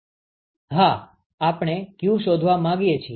હા આપણે q શોધવા માંગીએ છીએ